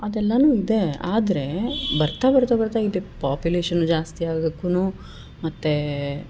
ಅದೆಲ್ಲ ಇದೆ ಆದರೆ ಬರ್ತಾ ಬರ್ತಾ ಬರ್ತಾ ಇಲ್ಲಿ ಪಾಪುಲೇಷನ್ ಜಾಸ್ತಿ ಆಗೋಕುನು ಮತ್ತು